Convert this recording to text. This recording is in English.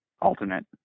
alternate